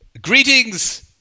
Greetings